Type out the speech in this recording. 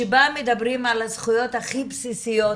שבה מדברים על הזכויות הכי בסיסיות,